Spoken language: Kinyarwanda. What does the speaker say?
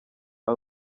ari